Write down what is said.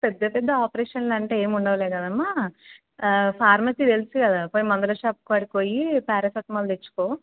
పెద్ద పెద్ద ఆపరేషన్లు అంటూ ఏముండవు కానిలే అమ్మా ఫార్మసీ తెలుసు కదా పోయి మందుల షాపు కాడికి పోయి పారాసిటమోల్ తెచ్చుకో